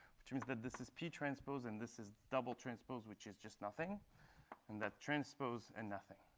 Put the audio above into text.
which means that this is p transpose and this is double transpose, which is just nothing and that transpose and nothing.